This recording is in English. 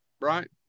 Right